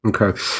Okay